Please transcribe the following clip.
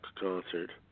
concert